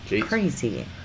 crazy